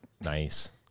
Nice